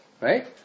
right